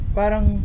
parang